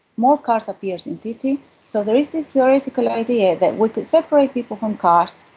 more cars appeared in cities, so there is this theoretical idea that we could separate people from cars,